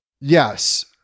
Yes